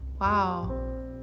Wow